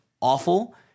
awful